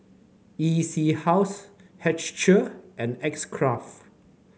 E C House Herschel and X Craft